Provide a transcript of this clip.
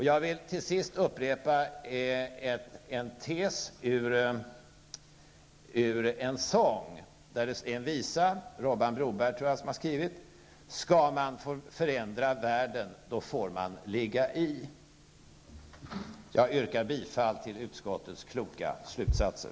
Jag vill till sist upprepa en tes ur en visa: Ska man förändra världen då får man ligga i. Jag yrkar bifall till utskottets kloka slutsatser.